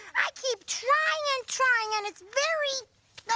i keep trying and trying and it's very,